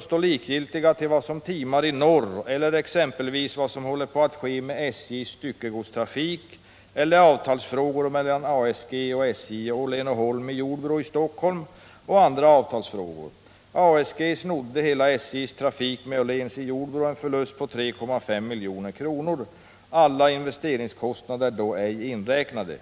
stå likgiltiga till vad som timar i norr eller exempelvis, vad som håller på att ske med SJ:s styckegodstrafik eller avtalsfrågor mellan ASG och SJ och Åhlen Holm i Jordbro i Stockholm och i andra avtalsfrågor? — ASG ”snodde” hela SJ:s trafik med Åhlens i Jordbro — en förlust på 3,5 millioner kronor — alla investeringskostnader då ej inräknade.